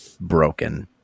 broken